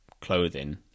clothing